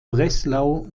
breslau